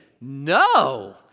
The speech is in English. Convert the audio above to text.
no